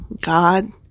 God